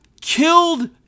killed